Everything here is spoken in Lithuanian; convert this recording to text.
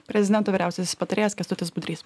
prezidento vyriausiasis patarėjas kęstutis budrys